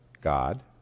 God